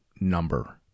number